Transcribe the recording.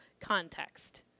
context